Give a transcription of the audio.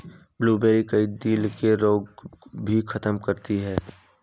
blueberry, कई दिल के रोग भी खत्म करती है